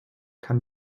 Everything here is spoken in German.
kann